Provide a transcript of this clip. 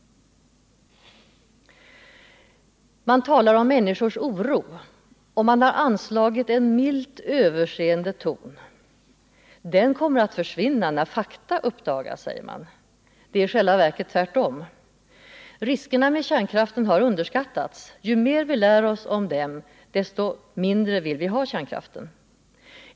Man talar om människors oro, och man har anslagit en milt överseende ton. Oron kommer att försvinna när fakta uppdagas, säger man. Det är i själva verket tvärtom. Riskerna med kärnkraften har underskattats. Ju mer vi lär oss om kärnkraften desto mindre vill vi ha den.